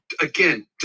again